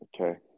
Okay